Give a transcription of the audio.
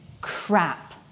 crap